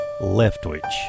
Leftwich